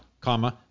comma